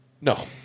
No